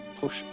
push